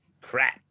Crap